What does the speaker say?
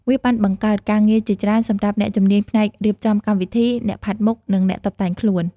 វាបានបង្កើតការងារជាច្រើនសម្រាប់អ្នកជំនាញផ្នែករៀបចំកម្មវិធី អ្នកផាត់មុខ និងអ្នកតុបតែងខ្លួន។